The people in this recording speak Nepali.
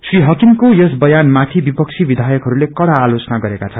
श्री हाकिमको यस बयान माथि विपक्षी विधयकहरूले कड़ा आलोचना गरेका छन्